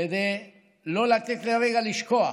כדי לא לתת לרגע לשכוח